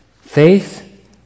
Faith